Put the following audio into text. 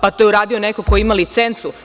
Pa, to je radio neko ko ima licencu.